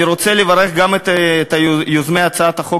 אני רוצה לברך גם את יוזמי הצעת החוק